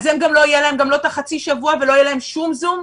ואז להם גם לא יהיה את החצי שבוע ולא שום זום?